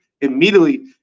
immediately